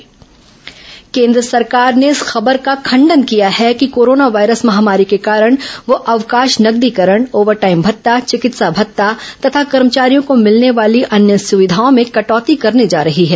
corona केन्द्र कर्मचारी खांडन केन्द्र सरकार ने इस खबर का खण्डन किया है कि कोरोना वायरस महामारी के कारण वह अवकाश नकदीकरण ओवरटाइम भत्ता विकित्सा भत्ता तथा कर्मचारियों को मिलने वाली अन्य सुविधाओं में कटौती करने जा रही है